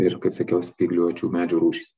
ir kaip sakiau spygliuočių medžių rūšys